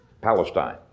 Palestine